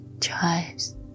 chives